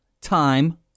time